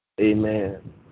Amen